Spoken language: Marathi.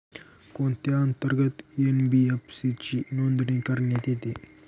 कोणत्या अंतर्गत एन.बी.एफ.सी ची नोंदणी करण्यात येते?